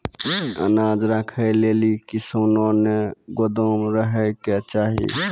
अनाज राखै लेली कैसनौ गोदाम रहै के चाही?